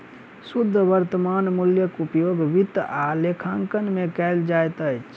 शुद्ध वर्त्तमान मूल्यक उपयोग वित्त आ लेखांकन में कयल जाइत अछि